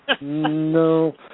No